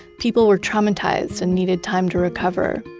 people were traumatized and needed time to recover.